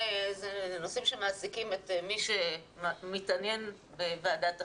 אלה נושאים שמעסיקים את מי שמתעניין בוועדת החינוך,